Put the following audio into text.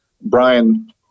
Brian